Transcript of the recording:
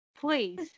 Please